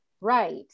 right